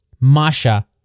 masha